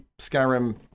Skyrim